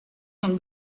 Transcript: can